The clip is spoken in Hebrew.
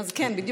כן,